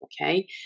Okay